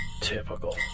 Typical